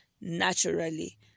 naturally